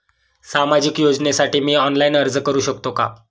सामाजिक योजनेसाठी मी ऑनलाइन अर्ज करू शकतो का?